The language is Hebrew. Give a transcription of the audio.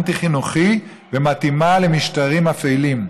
אנטי-חינוכי ומתאים למשטרים אפלים.